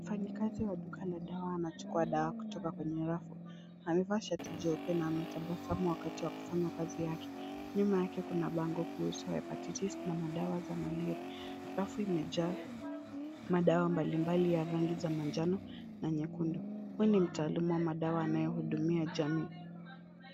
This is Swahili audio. Mfanyikazi wa duka la dawa anachukua dawa kutoka kwenye rafu. Amevaa shati jeupe na anatabasamu wakati wa kufanya kazi yake. Nyuma yake kuna bango kuhusu Hepatitis na madawa za Malaria. Rafu imejaa madawa mbalimbali ya rangi za manjano na nyekundu. Huyu ni mtaaluma wa dawa anayehudumia jamii.